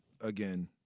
again